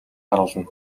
харуулна